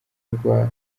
rwa